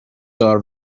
دار